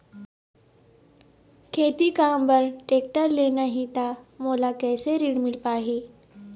खेती काम बर टेक्टर लेना ही त मोला कैसे ऋण मिल पाही?